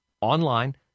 online